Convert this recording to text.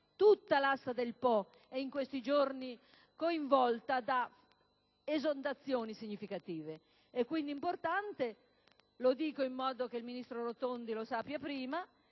tutta l'asta del fiume Po, che in questi giorni è coinvolta da esondazioni significative. È quindi importante, e lo dico in modo che il ministro Rotondi lo sappia prima,